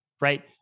right